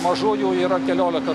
mažųjų yra keliolika